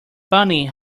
funny